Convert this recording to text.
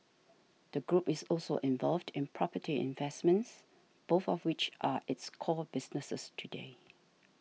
the group is also involved in property investments both of which are its core businesses today